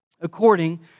according